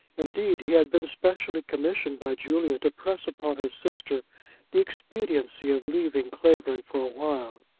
indeed, he had been specially commissioned by julia to press upon her sister the expediency of leaving clavering for a while.